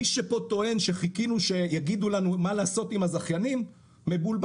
מי שפה טוען שחיכינו שיגידו לנו מה לעשות עם הזכיינים מבולבל,